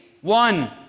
One